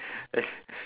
eh